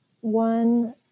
One